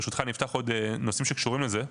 ברשותך אני אפתח עוד נושאים שקשורים לזה,